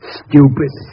stupid